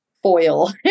Foil